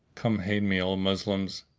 come aid me, o moslems,